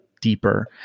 deeper